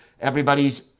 everybody's